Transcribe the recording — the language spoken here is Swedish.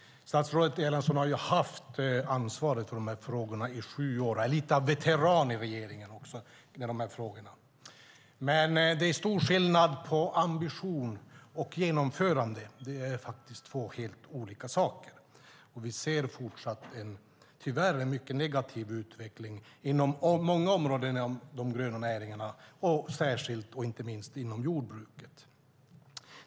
Statsrådet Erlandsson har haft ansvaret för de här frågorna i sju år och är även lite av en veteran i regeringen när det gäller de här frågorna. Det är dock stor skillnad på ambition och genomförande; det är faktiskt två helt olika saker, och vi ser tyvärr fortsatt en mycket negativ utveckling på många områden inom de gröna näringarna - särskilt och inte minst inom jordbruket.